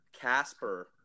Casper